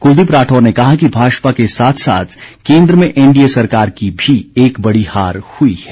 कुलदीप राठौर ने कहा कि भाजपा के साथ साथ केन्द्र में एनडीए सरकार की भी एक बड़ी हार हुई है